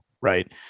right